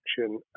action